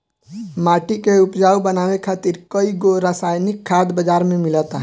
माटी के उपजाऊ बनावे खातिर कईगो रासायनिक खाद बाजार में मिलता